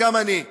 וגם אני,